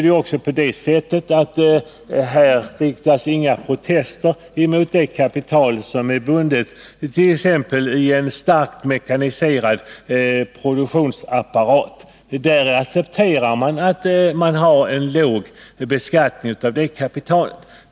Det riktas inga protester mot beskattningsreglerna för det kapital som är bundet t.ex. i en starkt mekaniserad produktionsapparat. Man accepterar en låg beskattning av det kapitalet.